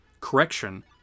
correction